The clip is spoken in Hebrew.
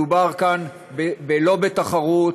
לא מדובר כאן בתחרות,